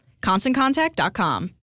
ConstantContact.com